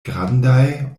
grandaj